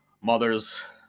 mothers